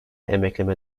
emekleme